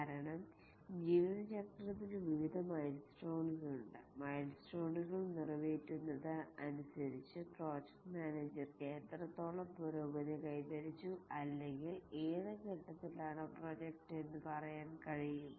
കാരണം ജീവിത ചക്രത്തിൽ വിവിധ മൈൽസ്റ്റോണ്സ് ഉണ്ട് മൈൽസ്റ്റോണ്സുകൾ നിറവേറ്റുന്നത് അനുസരിച്ച് പ്രോജക്ട് മാനേജർക്ക് എത്രത്തോളം പുരോഗതി കൈവരിച്ചു അല്ലെങ്കിൽ ഏത് ഘട്ടത്തിലാണ് പ്രോജക്ട് എന്ന് പറയാൻ കഴിയും